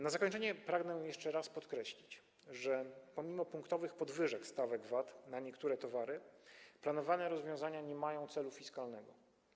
Na zakończenie pragnę jeszcze raz podkreślić, że pomimo punktowych podwyżek stawek VAT na niektóre towary, planowane rozwiązania nie mają celu fiskalnego.